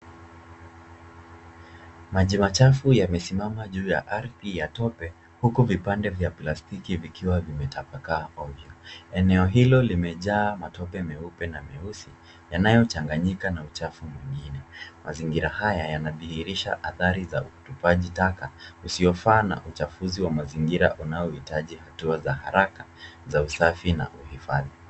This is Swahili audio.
Maji machafu yamesimama juu ya ardhi ya tope huku vipande vya plastiki vikiwa vimetapakaa ovyo. Eneo hilo limejaa matope meupe na meusi yanayochanganyika na uchafu mwingine. Mazingira haya yanadhihirisha athari za utupaji taka usiofaa na uchafuzi wa mazingira unayohitaji hatua za haraka za usafi na kuhifadhi.